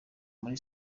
muri